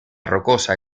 rocosa